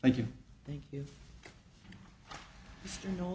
thank you thank you stand all